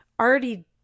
already